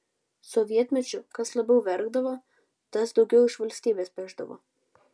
sovietmečiu kas labiau verkdavo tas daugiau iš valstybės pešdavo